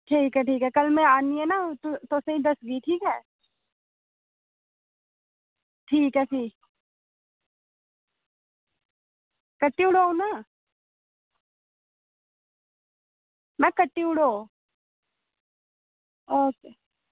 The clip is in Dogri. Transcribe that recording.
ठीक ऐ ठीक ऐ कल्ल में आह्नियै ना तुसें गी दस्सगी ठीक ऐ फ्ही कटी ओड़ो हून महां करी ओड़ो ओके